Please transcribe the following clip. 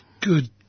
good